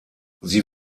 sie